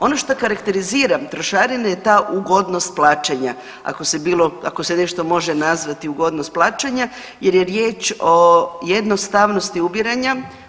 Ono što karakterizira trošarine je ta ugodnost plaćanja ako se nešto može nazvati ugodnost plaćanja, jer je riječ o jednostavnosti ubiranja.